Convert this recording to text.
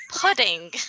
pudding